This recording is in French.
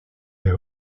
des